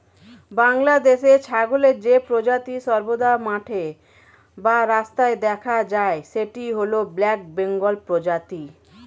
বাংলাদেশে ছাগলের যে প্রজাতি সর্বদা মাঠে বা রাস্তায় দেখা যায় সেটি হল ব্ল্যাক বেঙ্গল প্রজাতি